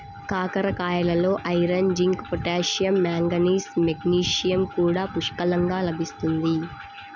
కాకరకాయలలో iron, zinc, potassium, manganese, magnesium కూడా పుష్కలంగా లభిస్తుంది